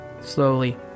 Slowly